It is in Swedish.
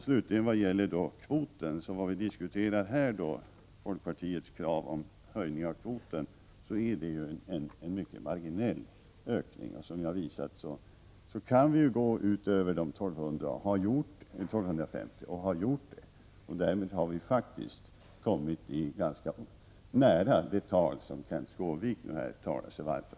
Vi har här diskuterat folkpartiets krav på höjning av flyktingkvoten med 250 personer. Det är en mycket marginell ökning. Som jag har visat kan vi gå utöver kvoten på 1 250 personer, och det har vi också gjort. Därmed har vi faktiskt kommit ganska nära det tal som Kenth Skårvik talar sig så varm för.